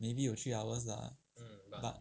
maybe 有 three hours lah but